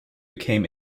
became